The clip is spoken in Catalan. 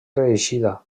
reeixida